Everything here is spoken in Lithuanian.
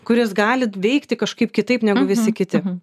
kuris gali veikti kažkaip kitaip negu visi kiti